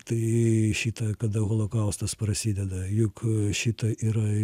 tai šita kada holokaustas prasideda juk šita yra